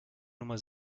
nummer